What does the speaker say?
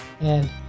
And-